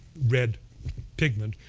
red pigment.